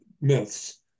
myths